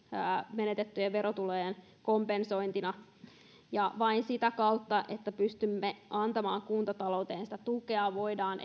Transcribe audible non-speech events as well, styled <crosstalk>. menetettyjen verotulojen kompensointina vain sitä kautta että pystymme antamaan kuntatalouteen sitä tukea voidaan <unintelligible>